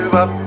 up